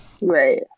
right